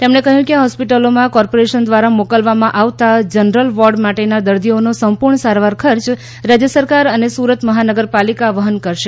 તેમણે કહ્યું કે આ હોસ્પિટલોમાં કોર્પોરેશન દ્વારા મોકલવામાં આવતા જનરલ વોર્ડ માટેના દર્દીઓનો સંપૂર્ણ સારવાર ખર્ચ રાજ્ય સરકાર અને સુરત મહાનગરપાલિકા વહન કરશે